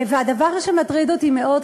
הדבר שמטריד אותי מאוד,